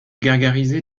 gargarisez